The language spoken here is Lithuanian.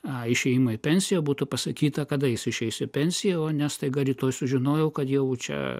išėjimo į pensiją būtų pasakyta kada jis išeis į pensiją o ne staiga rytoj sužinojau kad jau čia